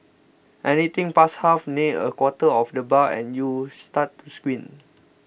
anything past half near a quarter of the bar and you start to squint